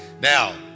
Now